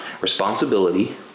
Responsibility